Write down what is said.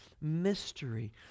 mystery